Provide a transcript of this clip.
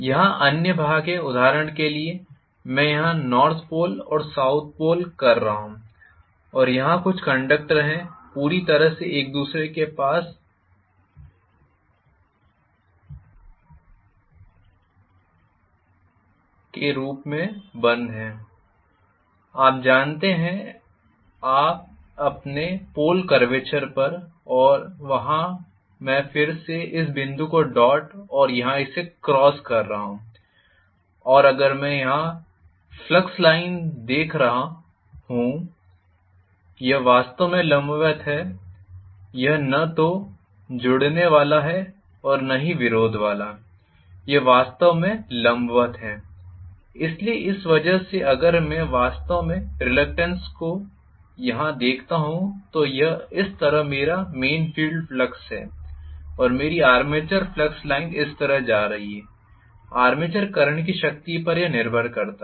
यहाँ अन्य भाग हैं उदाहरण के लिए मैं यहाँ नॉर्थ पोल और साउथ पोल कर रहा हूँ और यहाँ कुछ कंडक्टर हैं अच्छी तरह से एक दूसरे के पास के रूप में बंद हूँ आप जानते हैं अपने आप पोल करवेचर पर और वहाँ मैं फिर से इस बिंदु को डॉट और यहाँ इसे क्रॉस कर रहा हूँ और अगर मैं यहाँ फ्लक्स लाइन देख रहा हूँ यह वास्तव में लंबवत है यह न तो जुड़ने वाला है और न ही विरोध वाला यह वास्तव में लंबवत है इसलिए इस वजह से अगर मैं वास्तव में रिसल्टेंट को यहां देखता हूं तो यह इस तरह मेरा मेन फील्ड फ्लक्स है और मेरी आर्मेचर फ्लक्स लाइन्स इस तरह जा रही है आर्मेचर करंट की शक्ति पर यह निर्भर करता है